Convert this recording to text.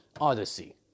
Odyssey